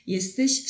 Jesteś